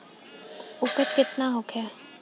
उपज केतना होखे?